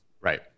Right